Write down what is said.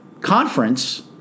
Conference